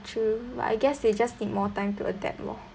true but I guess they just need more time to adapt loh